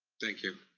thank you.